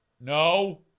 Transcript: No